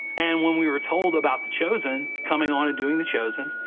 and when we were told about the chosen coming on and doing the chosen,